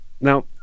Now